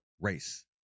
race